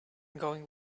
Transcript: going